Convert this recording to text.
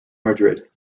madrid